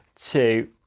two